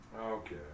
Okay